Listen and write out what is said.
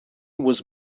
was